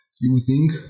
Using